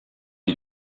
die